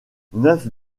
neuf